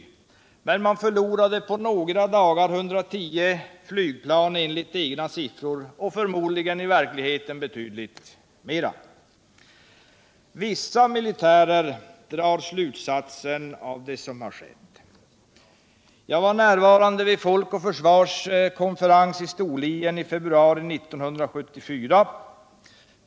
På några dagar förlorade man 110 flygplan enligt egna siffror, i verkligheten förmodligen ännu mer. Vissa militärer drar slutsatser av det som skett. Jag var närvarande vid Folk och Försvars Storlienkonferens i februari 1974.